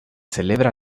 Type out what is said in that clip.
celebra